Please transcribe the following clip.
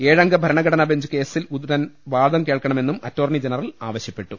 ഏഴംഗ ഭരണഘടനാബെഞ്ച് കേസിൽ ഉടൻ വാദം കേൾക്കണമെന്നും അറ്റോർണി ജനറൽ ആവശ്യപ്പെട്ടു